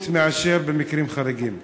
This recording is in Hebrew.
חוץ מאשר במקרים חריגים.